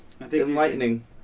enlightening